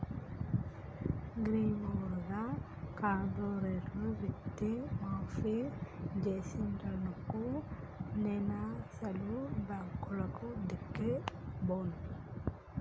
గీయేడు గా కార్పోరేటోళ్లు మిత్తి మాఫి జేసిండ్రనుకో నేనసలు బాంకులదిక్కే బోను